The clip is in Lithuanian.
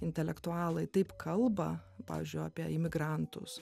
intelektualai taip kalba pavyzdžiui apie imigrantus